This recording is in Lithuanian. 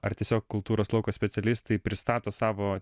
ar tiesiog kultūros lauko specialistai pristato savo